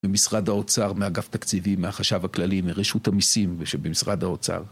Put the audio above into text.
ממשרד האוצר, מאגף תקציבים, מהחשב הכללי, מרשות המיסים, ושבמשרד האוצר...